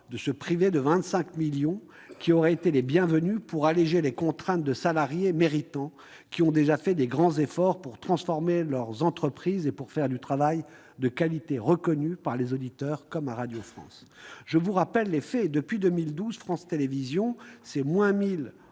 Ces 25 millions d'euros auraient pourtant été bienvenus pour alléger les contraintes de salariés méritants qui ont déjà consenti de grands efforts pour transformer leurs entreprises et mener un travail de qualité reconnu par les auditeurs, comme à Radio France. Je vous rappelle les faits : depuis 2012, France Télévisions a perdu 1 000